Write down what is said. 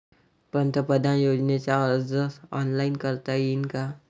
पंतप्रधान योजनेचा अर्ज ऑनलाईन करता येईन का?